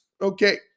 okay